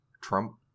Trump